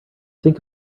think